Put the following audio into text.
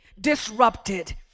disrupted